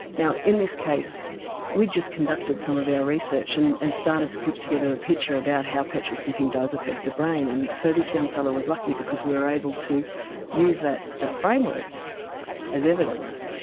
now in this case we'd just conducted some of our research and and started to put together a picture about how petrol sniffing does affect the brain and so this young fellow was lucky because we were able to use that that framework as evidence.